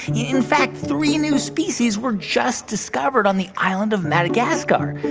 in fact, three new species were just discovered on the island of madagascar.